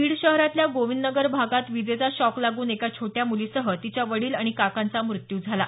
बीड शहरातल्या गोविंदनगर भागात विजेचा शॉक लागून एका छोट्या मुलीसह तिच्या वडील आणि काकांचा मृत्यू झाला आहे